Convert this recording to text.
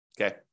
Okay